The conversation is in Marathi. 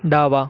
डावा